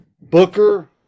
Booker